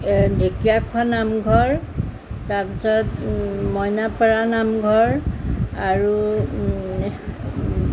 ঢেকীয়া খোৱা নামঘৰ তাৰপিছত মইনা পাৰা নামঘৰ আৰু